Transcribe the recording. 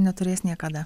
neturės niekada